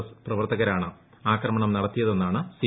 S പ്രവർത്തകരാണ് ആക്രമണം നടത്തിയതെന്നാണ് സി